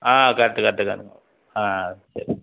ஆ correct correct கரெக்ட்டுங்க ஆ சரி